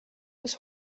bis